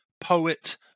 poet